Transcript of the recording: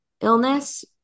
illness